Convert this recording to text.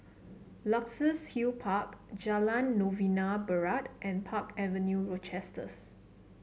Luxus Hill Park Jalan Novena Barat and Park Avenue Rochester